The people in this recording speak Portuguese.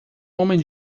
homem